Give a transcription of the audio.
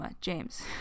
James